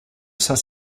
saint